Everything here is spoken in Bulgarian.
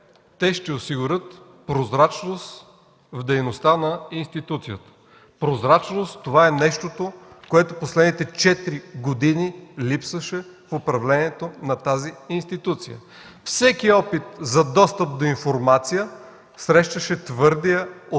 те ще осигурят прозрачност в дейността на институцията. Прозрачност – това е нещото, което в последните четири години липсваше в управлението на тази институция. Всеки опит за достъп до информация срещаше твърдия отпор